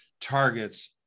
targets